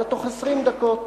אלא בתוך 20 דקות,